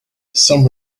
some